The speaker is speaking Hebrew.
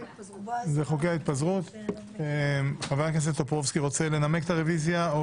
חבר הכנסת טופורובסקית רוצה לנמק את הרוויזיה?